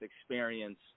experience